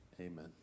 Amen